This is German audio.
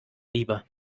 lieber